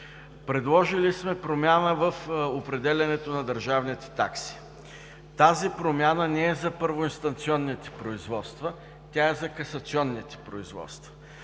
Предложили сме промяна в определянето на държавните такси. Тази промяна не е за първоинстанционните, а за касационните производства.